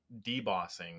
debossing